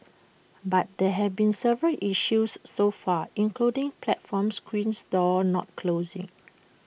but there have been several issues so far including platform screen doors not closing